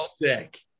sick